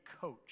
coach